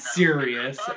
serious